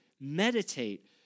Meditate